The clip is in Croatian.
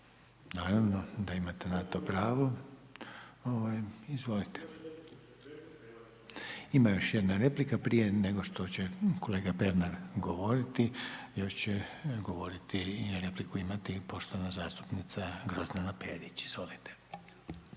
strane, ne razumije se./… Ima još jedna replika prije nego što će kolega Pernar govoriti, još će govoriti i repliku imati poštovana zastupnica Grozdana Perić, izvolite.